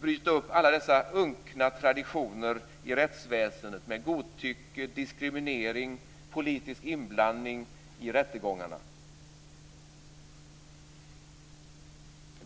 bryta upp alla dessa unkna traditioner i rättsväsendet, med godtycke, diskriminering och politisk inblandning i rättegångarna.